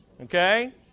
Okay